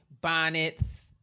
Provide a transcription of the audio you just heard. bonnets